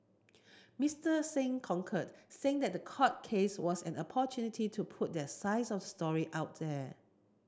Mister Singh concurred saying that the court case was an opportunity to put their sides of the story out there